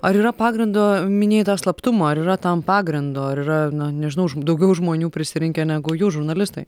ar yra pagrindo minėjai tą slaptumą ar yra tam pagrindo ar yra na nežinau žm daugiau žmonių prisirinkę negu jūs žurnalistai